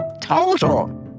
total